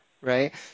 right